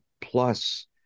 plus